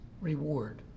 reward